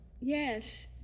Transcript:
Yes